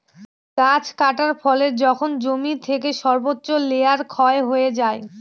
গাছ কাটার ফলে যখন জমি থেকে সর্বোচ্চ লেয়ার ক্ষয় হয়ে যায়